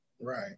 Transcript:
Right